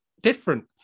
different